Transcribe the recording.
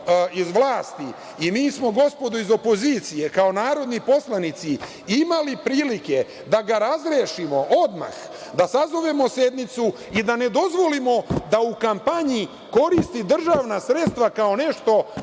iz vlasti, i mi smo, gospodo iz opozicije, kao narodni poslanici imali prilike da ga razrešimo odmah, da sazovemo sednicu i da ne dozvolimo da u kampanji koristi državna sredstva kao nešto